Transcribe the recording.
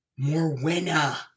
Morwenna